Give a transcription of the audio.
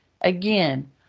Again